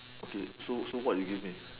okay so so what you give me